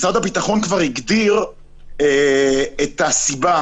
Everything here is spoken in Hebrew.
משרד הביטחון כבר הגדיר את הסיבה,